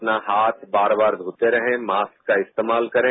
अपना हाथ बार बार धोते रहें मास्क का इस्तेमाल करें